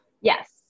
Yes